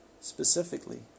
specifically